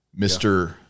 Mr